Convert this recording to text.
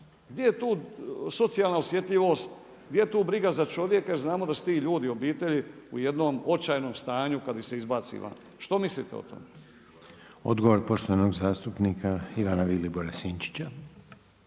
Gdje je tu socijalna osjetljivost, gdje je tu briga za čovjeka, jer znamo da su ti ljudi, obitelji u jednom očajnom stanju, kad ih se izbaci van. Što mislite o tome? **Reiner, Željko (HDZ)** Odgovor poštovanog zastupnika Ivana Vilobora Sinčića.